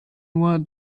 nur